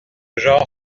genre